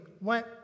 went